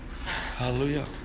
Hallelujah